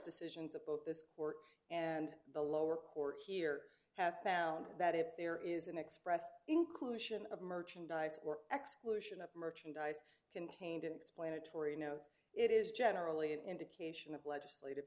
decisions of both this court and the lower court here have found that if there is an express inclusion of merchandise or exclusion of merchandise contained in explanatory notes it is generally an indication of legislative